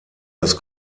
das